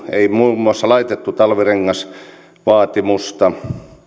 ei muun muassa laitettu talvirengasvaatimusta